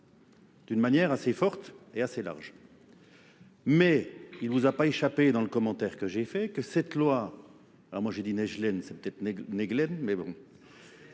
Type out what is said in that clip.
d'une manière assez forte et assez large. Mais il ne vous a pas échappé dans le commentaire que j'ai fait que cette loi, moi j'ai dit neiglène, c'est peut-être néglène, mais bon,